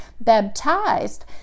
baptized